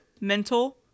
mental